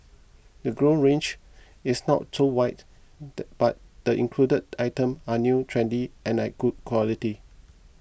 the grown range is not so wide but the included item are new trendy and at good quality